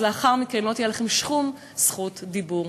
לאחר מכן לא תהיה לכם שום זכות דיבור.